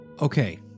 Okay